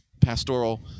pastoral